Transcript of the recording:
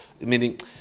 Meaning